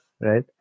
Right